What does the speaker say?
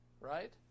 right